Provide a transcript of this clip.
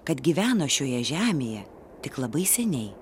kad gyveno šioje žemėje tik labai seniai